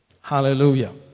Hallelujah